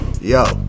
yo